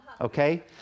okay